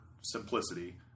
simplicity